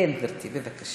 גברתי, בבקשה.